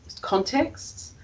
contexts